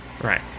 Right